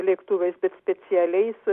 lėktuvais bet specialiais